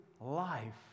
life